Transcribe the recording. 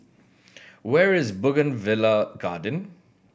where is Bougainvillea Garden